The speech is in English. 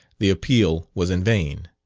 the appeal was in vain.